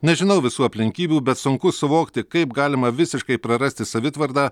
nežinau visų aplinkybių bet sunku suvokti kaip galima visiškai prarasti savitvardą